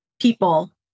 people